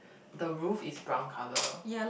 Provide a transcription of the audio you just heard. the roof is brown colour